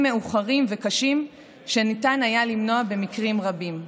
מאוחרים וקשים שניתן היה למנוע במקרים רבים.